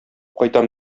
кайтам